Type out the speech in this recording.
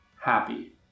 happy